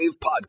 podcast